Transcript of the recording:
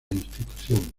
institución